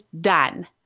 done